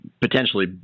potentially